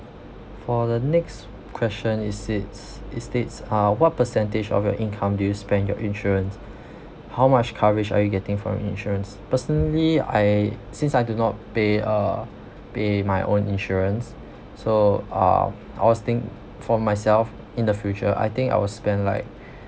for the next question it says it states uh what percentage of your income do you spend your insurance how much coverage are you getting from your insurance personally I since I do not pay uh pay my own insurance so uh I was thinking for myself in the future I think I will spend like